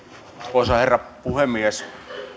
arvoisa herra puhemies